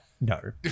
No